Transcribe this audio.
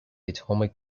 atomic